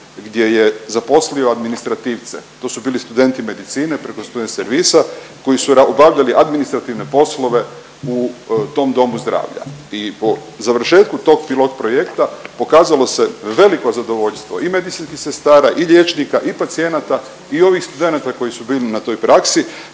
gdje je zaposlio administrativce. To su bili studenti medicine preko student servisa koji su obavljali administrativne poslove u tom domu zdravlja. I po završetku tog pilot projekta pokazalo se veliko zadovoljstvo i medicinskih sestara i liječnika i pacijenata i ovih studenata koji su bili na toj praksi